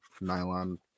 nylon